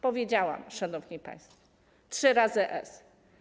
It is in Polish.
Powiedziałam, szanowni państwo - trzy razy S.